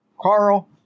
Carl